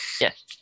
Yes